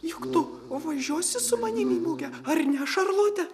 juk tu važiuosi su manim į mugę ar ne šarlote